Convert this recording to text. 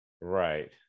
Right